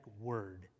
word